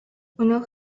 өнөөх